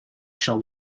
shall